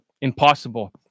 Impossible